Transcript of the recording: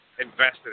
invested